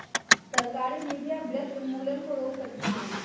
सरकारी नीतियां वृक्ष उन्मूलन को रोक सकती है